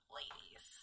ladies